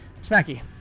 smacky